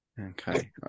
Okay